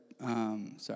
sorry